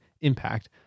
impact